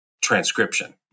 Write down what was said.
transcription